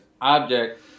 object